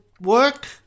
work